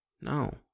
no